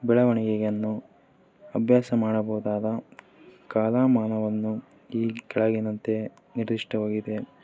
ಬೆಳವಣಿಗೆಯನ್ನು ಅಭ್ಯಾಸ ಮಾಡಬಹುದಾದ ಕಾಲಮಾನವನ್ನು ಈ ಕೆಳಗಿನಂತೆ ನಿರ್ದಿಷ್ಟವಾಗಿದೆ